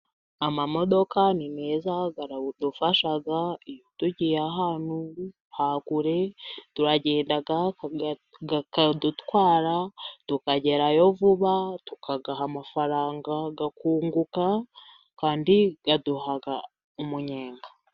Amamodoka ni meza, aradufasha iyo tugiye ahantu ha kure turagenda akadutwara, tukagerayo vuba, tukayaha amafaranga, akunguka, kandi aduha umunyenga.